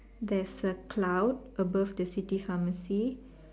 there's a cloud above the city pharmacy